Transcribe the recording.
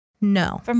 No